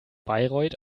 bayreuth